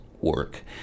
work